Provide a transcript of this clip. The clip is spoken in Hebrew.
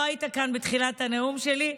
לא היית כאן בתחילת הנאום שלי,